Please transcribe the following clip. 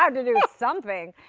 um to do something.